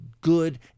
good